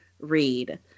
Read